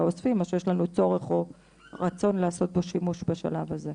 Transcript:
אוספים או שיש לנו צורך או רצון לעשות בו שימוש בשלב הזה.